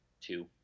two